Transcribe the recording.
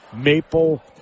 Maple